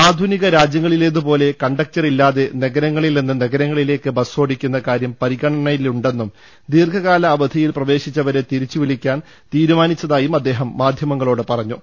ആധുനിക രാജ്യ ങ്ങളിലേതു പോലെ കണ്ടക്ടറില്ലാതെ നഗരങ്ങളിൽ നിന്ന് നഗര ങ്ങളിലേക്ക് ബസ്സോടിക്കുന്ന കാര്യം പരിഗണനയിലുണ്ടെന്നും ദീർഘകാല അവധിയിൽ പ്രവേശിച്ചവരെ തിരിച്ചുവിളിക്കാൻ തീരു മാനിച്ചതായും അദ്ദേഹം മാധ്യമങ്ങളോട് പറഞ്ഞു